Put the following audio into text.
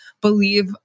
believe